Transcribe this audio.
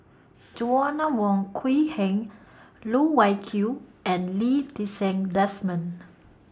Joanna Wong Quee Heng Loh Wai Kiew and Lee Ti Seng Desmond